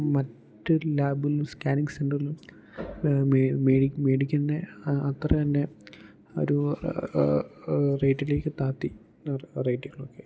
മറ്റ് ലാബിലും സ്കാനിങ് സെൻ്ററിലും മേടിക്കുന്ന അത്രതന്നെ ഒരു റേറ്റിലേക്കു താഴ്ത്തി റേറ്റുകളൊക്കെ